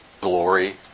glory